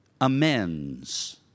amends